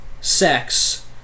sex